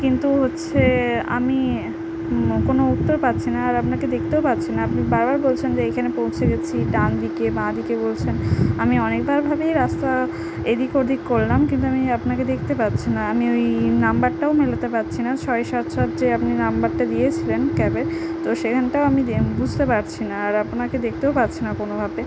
কিন্তু হচ্ছে আমি কোনো উত্তর পাচ্ছি না আর আপনাকে দেখতেও পাচ্ছি না আপনি বারবার বলছেন যে এইখানে পৌঁছে গিয়েছি ডানদিকে বাঁদিকে বলছেন আমি অনেকবারভাবেই রাস্তার এদিক ওদিক করলাম কিন্তু আমি আপনাকে দেখতে পাচ্ছি না আমি ওই নম্বরটাও মেলাতে পাচ্ছি না ছয় সাত সাত যে আপনি নম্বরটা দিয়েছিলেন ক্যাবের তো সেখানটাও আমি দে বুঝতে পারছি না আর আপনাকে দেখতেও পাচ্ছি না কোনোভাবে